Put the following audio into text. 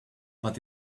but